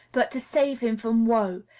but to save him from woe,